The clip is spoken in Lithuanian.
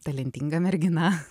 talentinga mergina